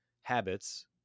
habits